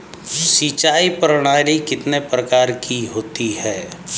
सिंचाई प्रणाली कितने प्रकार की होती हैं?